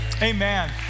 Amen